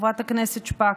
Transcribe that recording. חברת הכנסת שפק,